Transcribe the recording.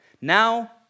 Now